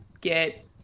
get